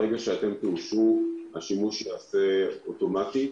וברגע שאתם תאשרו השימוש ייעשה אוטומטית.